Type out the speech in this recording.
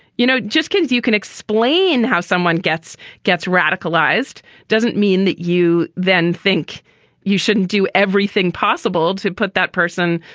you know, just kids, you can explain how someone gets gets radicalized doesn't mean that you then think you shouldn't do everything possible to put that person,